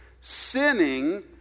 Sinning